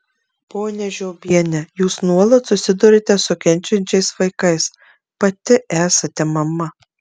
ponia žiobiene jūs nuolat susiduriate su kenčiančiais vaikais pati esate mama